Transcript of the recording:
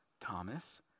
Thomas